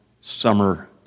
summer